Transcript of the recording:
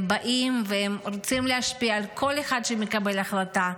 הם באים והם רוצים להשפיע על כל אחד שמקבל החלטה,